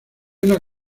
una